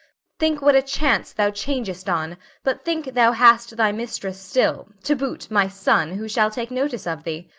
think what a chance thou changest on but think thou hast thy mistress still to boot, my son, who shall take notice of thee.